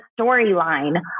storyline